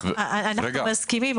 אנחנו מסכימים,